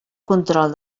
control